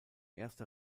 erste